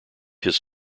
his